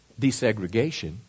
desegregation